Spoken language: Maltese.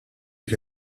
dik